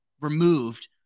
removed